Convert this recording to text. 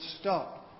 stop